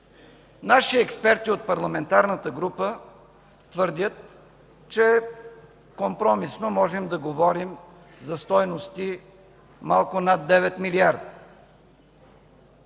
Наши експерти от парламентарната група твърдят, че компромисно можем да говорим за стойности малко над 9 милиарда.